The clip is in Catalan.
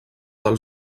del